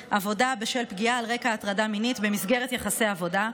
בשל פגיעה על רקע הטרדה מינית במסגרת יחסי עבודה,